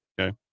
Okay